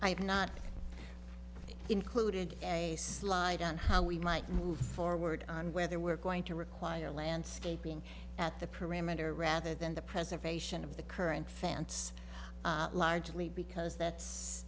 i have not included a slide on how we might move forward on whether we're going to require landscaping at the perimeter rather than the preservation of the current fence largely because that's